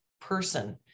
person